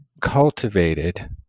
cultivated